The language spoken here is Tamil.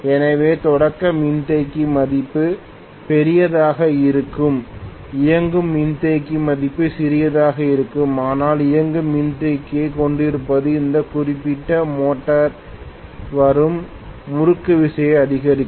எனவே தொடக்க மின்தேக்கி மதிப்பு பெரியதாக இருக்கும் இயங்கும் மின்தேக்கி மதிப்பு சிறியதாக இருக்கும் ஆனால் இயங்கும் மின்தேக்கியைக் கொண்டிருப்பது இந்த குறிப்பிட்ட மோட்டரில் வரும் முறுக்குவிசை அதிகரிக்கும்